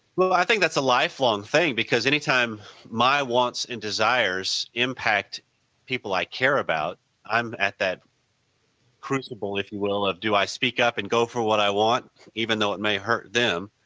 well i that's a life-long thing because any time my wants and desires impact people i care about i am at that crucible, if you will, of do i speak up and go for what i want even though it may hurt them?